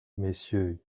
messieurs